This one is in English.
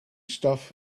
stuff